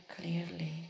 clearly